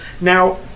now